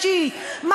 רק לפי שיטתכם.